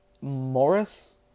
Morris